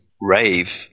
Rave